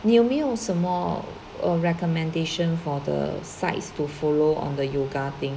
你有没有什么 err recommendation for the sites to follow on the yoga thing